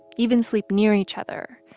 even sleep near each other,